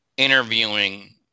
Interviewing